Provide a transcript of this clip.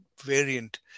variant